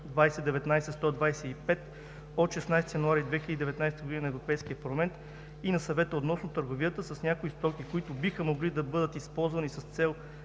2019/125 от 16 януари 2019 г. на Европейския парламент и на Съвета относно търговията с някои стоки, които биха могли да бъдат използвани с цел